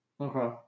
okay